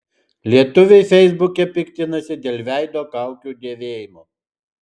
lietuviai feisbuke piktinasi dėl veido kaukių dėvėjimo